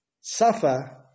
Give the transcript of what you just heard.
suffer